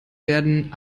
werden